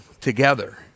together